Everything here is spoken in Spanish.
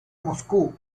moscú